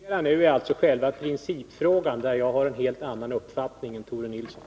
Herr talman! Vad vi diskuterar nu är alltså själva principfrågan, där jag har en helt annan uppfattning än Tore Nilsson.